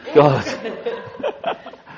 God